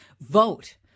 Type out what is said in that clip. vote